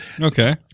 Okay